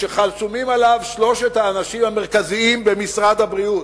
שחתומים עליו שלושת האנשים המרכזיים במשרד הבריאות: